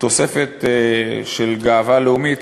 תוספת של גאווה לאומית,